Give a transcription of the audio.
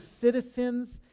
citizens